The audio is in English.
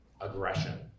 aggression